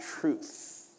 truth